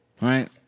right